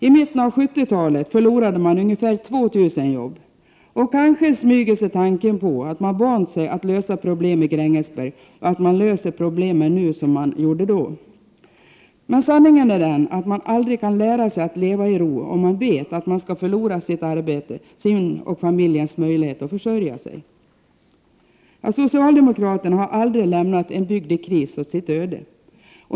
I mitten av 70-talet förlorade bygden ungefär 2 000 arbetstillfällen. Kanske smyger sig tanken på att problemen i Grängesberg löses nu som man gjorde då. Sanningen är den att man aldrig kan lära sig att leva i ro, om man vet att man skall förlora sitt arbete, sin och familjens möjligheter att försörja sig. Socialdemokraterna har aldrig lämnat en bygd i kris åt sitt öde.